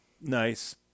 Nice